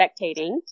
spectating